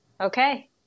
Okay